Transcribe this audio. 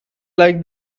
like